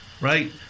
right